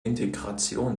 integration